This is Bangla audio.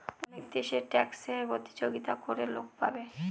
অনেক দেশে ট্যাক্সে প্রতিযোগিতা করে লোক পাবে